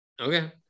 Okay